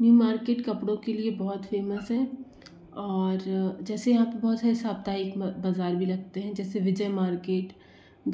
new market कपड़ों के लिए बहुत फ़ेमस है और जैसे यहाँ पर बहुत सारे साप्ताहिक बाज़ार भी लगते हैं जैसे विजय मार्किट